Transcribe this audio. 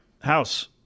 House